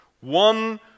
One